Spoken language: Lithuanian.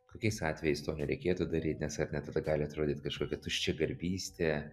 kokiais atvejais to nereikėtų daryt nes ar ne tada gali atrodyt kažkokia tuščiagarbystė